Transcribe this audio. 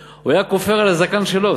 אבל הוא לא היה כופר על הזקן של מישהו אחר,